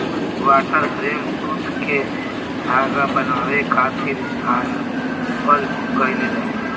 water frame सूत के धागा बनावे खातिर बनावल गइल रहे